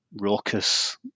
raucous